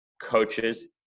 coaches